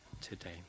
today